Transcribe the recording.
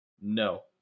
no